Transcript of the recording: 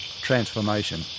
transformation